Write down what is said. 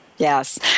Yes